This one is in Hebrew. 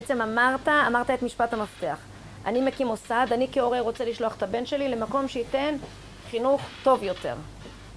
בעצם אמרת, אמרת את משפט המפתח. אני מקים מוסד, אני כהורה רוצה לשלוח את הבן שלי למקום שייתן חינוך טוב יותר.